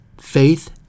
faith